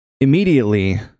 immediately